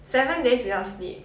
seven days without sleep